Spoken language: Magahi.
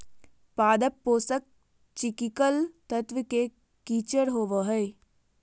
पादप पोषक चिकिकल तत्व के किचर होबो हइ